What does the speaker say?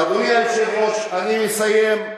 אדוני היושב-ראש, אני מסיים.